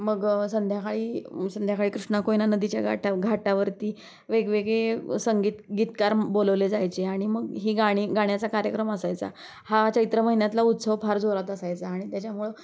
मग संध्याकाळी संध्याकाळी कृष्णा कोयना नदीच्या गाटा घाटावरती वेगवेगळे संगीत गीतकार बोलावले जायचे आणि मग ही गाणी गाण्याचा कार्यक्रम असायचा हा चैत्र महिन्यातला उत्सव फार जोरात असायचा आणि त्याच्यामुळे